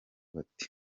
bati